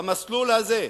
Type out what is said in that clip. במסלול הזה,